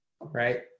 right